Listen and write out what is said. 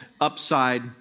upside